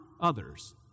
others